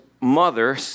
mother